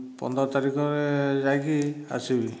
ପନ୍ଦର ତାରିଖରେ ଯାଇକି ଆସିବି